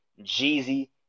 Jeezy